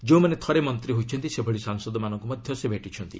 ଯେଉଁମାନେ ଥରେ ମନ୍ତ୍ରୀ ହୋଇଛନ୍ତି ସେଭଳି ସାଂସଦମାନଙ୍କୁ ମଧ୍ୟ ସେ ଭେଟିଛନ୍ତି